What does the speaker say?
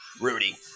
Rudy